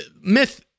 myth